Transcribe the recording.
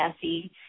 Cassie